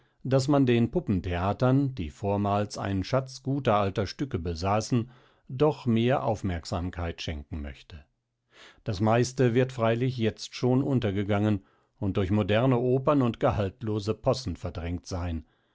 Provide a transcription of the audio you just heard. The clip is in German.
daß man den puppentheatern die vormals einen schatz guter alter stücke besaßen doch mehr aufmerksamkeit schenken möchte das meiste wird freilich jetzt schon untergegangen und durch moderne opern und gehaltlose possen verdrängt sein